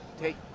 Take